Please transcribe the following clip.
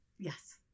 Yes